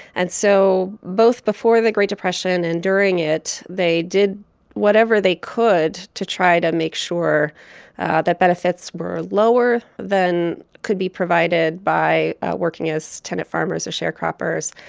and so both before the great depression and during it, they did whatever they could to try to make sure that benefits were lower than could be provided by working as tenant farmers or sharecroppers,